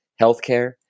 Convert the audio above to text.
healthcare